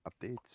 updates